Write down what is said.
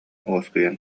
уоскуйан